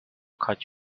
cut